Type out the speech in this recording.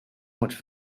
much